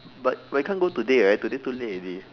but wait I can't go today right today too late already